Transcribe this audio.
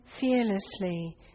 fearlessly